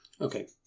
okay